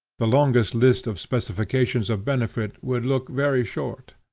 the longest list of specifications of benefit would look very short.